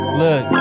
look